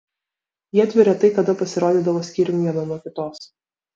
jiedvi retai kada pasirodydavo skyrium viena nuo kitos